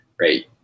right